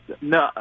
No